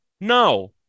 No